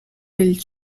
del